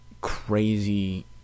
crazy